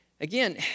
again